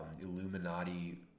Illuminati